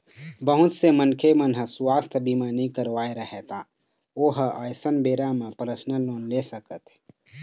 बहुत से मनखे मन ह सुवास्थ बीमा नइ करवाए रहय त ओ ह अइसन बेरा म परसनल लोन ले सकत हे